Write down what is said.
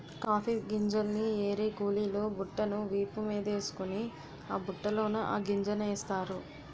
coffee గింజల్ని ఏరే కూలీలు బుట్టను వీపు మీదేసుకొని ఆ బుట్టలోన ఆ గింజలనేస్తారు